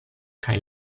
kaj